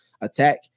attack